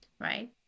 Right